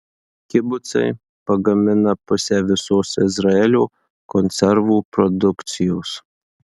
kibucai pagamina pusę visos izraelio konservų produkcijos